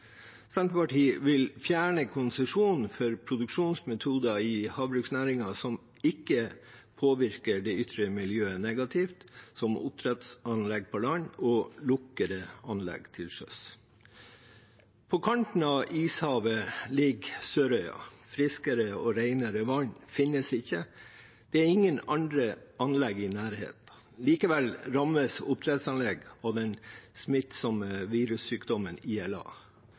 Senterpartiet vil fjerne konsesjonen for produksjonsmetoder i havbruksnæringen som ikke påvirker miljøet negativt, som oppdrettsanlegg på land og lukkede anlegg til sjøs. På kanten av ishavet ligger Sørøya. Friskere og renere vann finnes ikke. Det er ingen andre anlegg i nærheten. Likevel rammes oppdrettsanlegg av den smittsomme sykdommen ILA. Dette skjedde for ikke så lenge siden, og